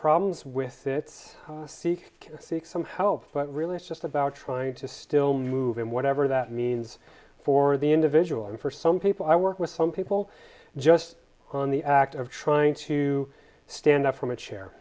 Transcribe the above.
problems with it seek seek some help but really it's just about trying to still move in whatever that means for the individual and for some people i work with some people just on the act of trying to stand up from a chair